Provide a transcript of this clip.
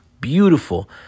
beautiful